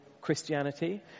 Christianity